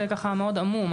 זה מאוד עמום.